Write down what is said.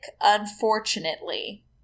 unfortunately